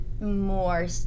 more